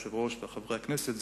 היושב-ראש וחברי הכנסת,